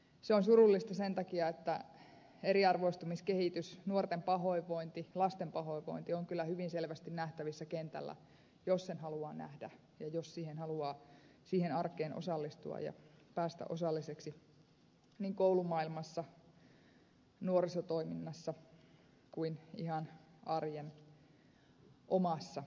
se on surullista sen takia että eriarvoistumiskehitys nuorten pahoinvointi lasten pahoinvointi on kyllä hyvin selvästi nähtävissä kentällä jos sen haluaa nähdä ja jos siihen arkeen haluaa osallistua ja päästä osalliseksi niin koulumaailmassa nuorisotoiminnassa kuin ihan omassa arjen elämässä